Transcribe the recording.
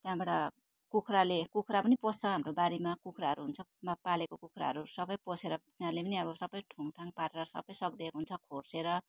त्यहाँबाट कुखरा कुखरा पनि पोस्छ हाम्रो बारीमा कुखराहरू हुन्छ कुपमा पालेको कुखराहरू सबै पोसेर तिनीहरूले पनि अब सबै ठुङठाङ पारेर सबै सकिदिएको हुन्छ खोर्सिएर